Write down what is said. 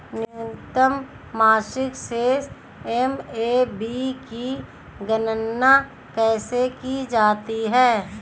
न्यूनतम मासिक शेष एम.ए.बी की गणना कैसे की जाती है?